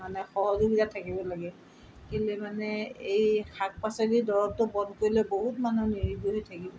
মানে সহযোগীতা থাকিব লাগে কেলৈ মানে এই শাক পাচলিৰ দৰৱটো বন্ধ কৰিলে বহুত মানুহ নিৰোগী হৈ থাকিব